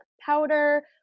powder